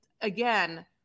again